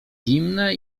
zimne